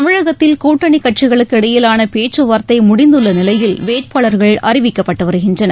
தமிழகத்தில் கூட்டணி கட்சிகளுக்கு இடையிலான பேச்சுவார்த்தை முடிந்துள்ள நிலையில் வேட்பாளர்கள் அறிவிக்கப்பட்டு வருகின்றனர்